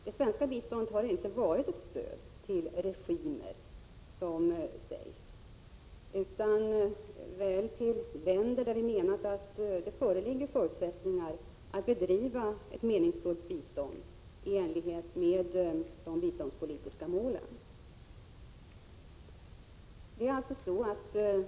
Det svenska biståndet har inte varit ett stöd till regimer, men väl till länder där det enligt vår mening föreligger förutsättningar att bedriva ett meningsfullt bistånd i enlighet med de biståndspolitiska målen.